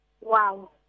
wow